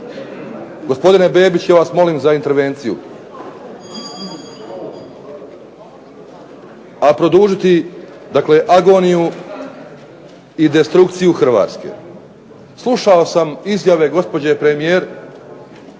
Gospodine Bebić, ja vas molim za intervenciju. A produžiti dakle agoniju i destrukciju Hrvatske. Slušao sam izjave gospođe premijerke,